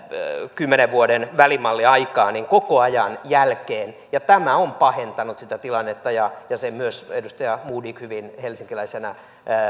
kymmenen vuoden välimalliaikaa koko ajan jälkeen ja tämä on pahentanut sitä tilannetta ja sen myös edustaja modig hyvin helsinkiläisenä